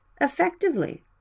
effectively